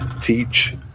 teach